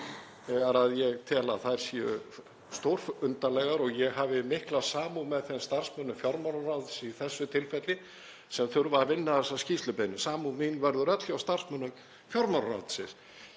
þegar ég tel að þær séu stórundarlegar og ég hafi mikla samúð með þeim starfsmönnum fjármálaráðs í þessu tilfelli sem þurfa að vinna þessa skýrslu. Samúð mín verður öll hjá starfsmönnum fjármálaráðuneytisins.